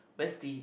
where's the